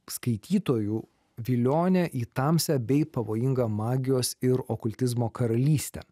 skaitytojų vilionė į tamsią bei pavojingą magijos ir okultizmo karalystę